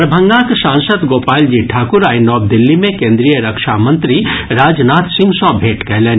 दरभंगाक सांसद गोपाल जी ठाकुर आइ नव दिल्ली मे केन्द्रीय रक्षा मंत्री राजनाथ सिंह सँ भेंट कयलनि